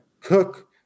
cook